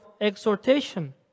exhortation